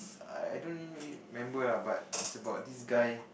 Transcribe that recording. I don't really remember lah but is about this guy